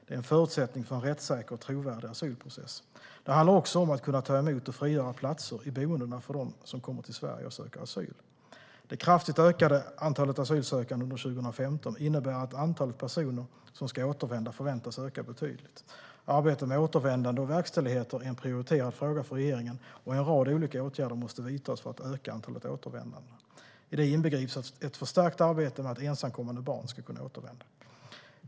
Det är en förutsättning för en rättssäker och trovärdig asylprocess. Det handlar också om att kunna ta emot och frigöra platser i boendena för dem som kommer till Sverige och söker asyl. Det kraftigt ökade antalet asylsökande under 2015 innebär att antalet personer som ska återvända förväntas öka betydligt. Arbetet med återvändande och verkställigheter är en prioriterad fråga för regeringen, och en rad olika åtgärder måste vidtas för att öka antalet återvändanden. I det inbegrips ett förstärkt arbete med att ensamkommande barn ska kunna återvända.